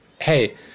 hey